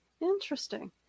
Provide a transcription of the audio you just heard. Interesting